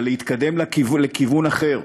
אבל להתקדם לכיוון אחר,